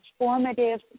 transformative